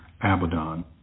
Abaddon